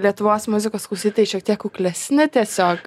lietuvos muzikos klausytojai šiek tiek kuklesni tiesiog